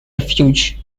refuge